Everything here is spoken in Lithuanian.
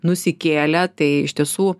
nusikėlė tai iš tiesų